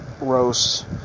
roast